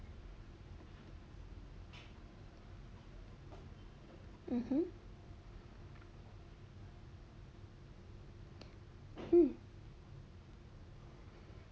mmhmm mm